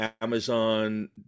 Amazon